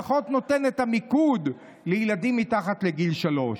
ופחות נותן את המיקוד לילדים מתחת לגיל שלוש.